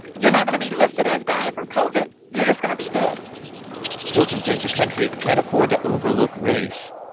you're not going to be listed as dying from covid you're just going to be dead hilton says the country can't afford to overlook race,